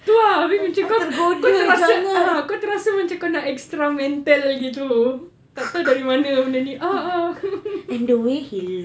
tu ah abeh macam kau terasa ah kau terasa macam kau nak extra mentel gitu tak tahu dari mana punya ni ah